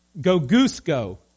go-goose-go